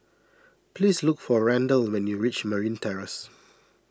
please look for Randal when you reach Marine Terrace